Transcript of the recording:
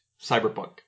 cyberpunk